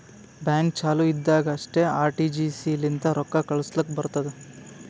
bank ಚಾಲು ಇದ್ದಾಗ್ ಅಷ್ಟೇ ಆರ್.ಟಿ.ಜಿ.ಎಸ್ ಲಿಂತ ರೊಕ್ಕಾ ಕಳುಸ್ಲಾಕ್ ಬರ್ತುದ್